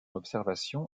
observation